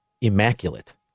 immaculate